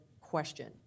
question